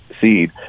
seed